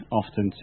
often